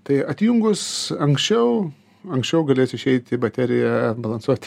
tai atjungus anksčiau anksčiau galės išeiti baterija balansuoti